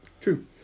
True